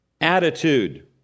attitude